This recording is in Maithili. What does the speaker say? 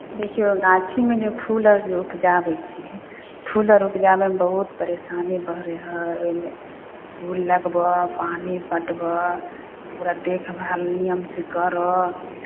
देखियौ गाछीमे जे फूल अर जे उपजाबै छी फूल अर उपजाबैमे बहुत परेशानी बढ़ै हइ ओहिमे फूल लगबह पानि पटबऽ ओकरा देखभाल नियमसँ करऽ